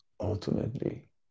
ultimately